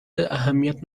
اهمیت